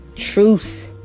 truth